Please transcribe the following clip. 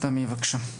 תמי, בבקשה.